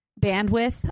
bandwidth